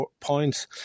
points